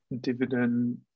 dividend